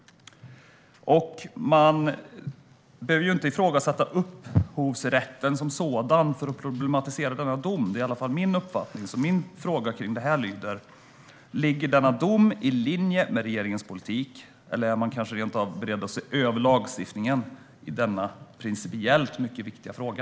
Man behöver inte ifrågasätta upphovsrätten som sådan för att problematisera denna dom - det är i alla fall min uppfattning. Min fråga lyder: Ligger denna dom i linje med regeringens politik, eller är man rent av beredd att se över lagstiftningen i denna principiellt mycket viktiga fråga?